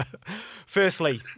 Firstly